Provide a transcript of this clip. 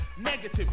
negative